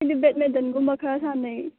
ꯑꯩꯗꯤ ꯗꯦꯠꯃꯤꯟꯇꯟꯒꯨꯝꯕ ꯈꯔ ꯁꯥꯟꯅꯩ